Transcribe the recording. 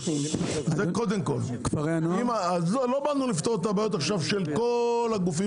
לא באנו עכשיו לפתור את הבעיות של כל הגופים